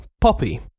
Poppy